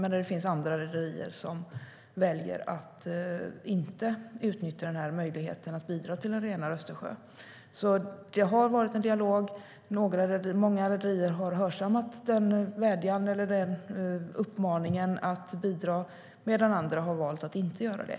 Men det finns andra rederier som väljer att inte utnyttja denna möjlighet att bidra till en renare Östersjö. Det har förts en dialog. Många rederier har hörsammat uppmaningen att bidra, medan andra har valt att inte göra det.